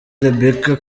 rebecca